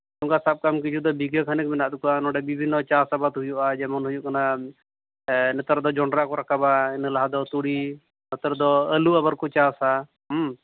ᱚᱱᱠᱟ ᱥᱟᱵ ᱠᱟᱜ ᱢᱮ ᱠᱤᱪᱷᱩ ᱫᱚ ᱵᱤᱜᱷᱟᱹ ᱠᱷᱟᱱᱮᱠ ᱢᱮᱱᱟᱜ ᱛᱟᱠᱚᱣᱟ ᱱᱚᱸᱰᱮ ᱵᱤᱵᱷᱤᱱᱱᱚ ᱪᱟᱥ ᱟᱵᱟᱫ ᱦᱩᱭᱩᱜᱼᱟ ᱡᱮᱢᱚᱱ ᱦᱩᱭᱩᱜ ᱠᱟᱱᱟ ᱱᱮᱛᱟᱨ ᱫᱚ ᱡᱚᱸᱰᱨᱟ ᱠᱚ ᱨᱟᱠᱟᱵᱟ ᱞᱟᱦᱟ ᱫᱚ ᱛᱩᱲᱤ ᱱᱮᱛᱟᱨ ᱫᱚ ᱟᱹᱞᱩ ᱟᱵᱟᱨ ᱠᱚ ᱪᱟᱥᱼᱟ